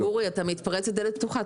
אורי, אתה מתפרץ לדלת פתוחה.